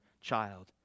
child